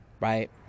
right